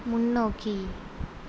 முன்னோக்கி